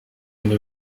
urebe